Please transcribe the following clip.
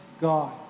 God